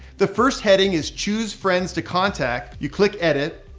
the first heading is choose friends to contact, you click edit,